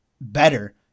better